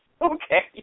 Okay